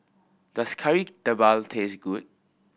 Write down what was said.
does Kari Debal taste good